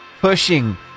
pushing